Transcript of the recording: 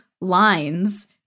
lines